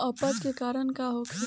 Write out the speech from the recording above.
अपच के कारण का होखे?